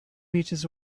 meters